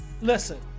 listen